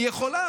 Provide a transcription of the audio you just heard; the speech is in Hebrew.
היא יכולה,